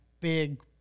big